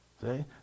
See